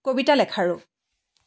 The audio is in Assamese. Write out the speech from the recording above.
কবিতা লেখাৰু